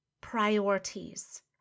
priorities